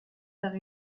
vers